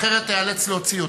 אחרת איאלץ להוציא אותך.